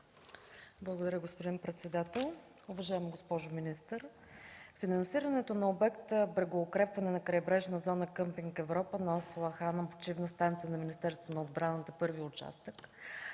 Благодаря, господин председател. Уважаема госпожо министър, финансирането на обекта „Брегоукрепване на крайбрежна зона – „Къмпинг „Европа” – нос Лахна – Почивна станция на Министерство на отбраната – първи участък”